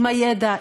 עם הידע,